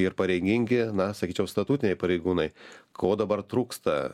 ir pareigingi na sakyčiau statutiniai pareigūnai ko dabar trūksta